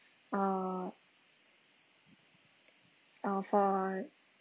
err uh for